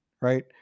right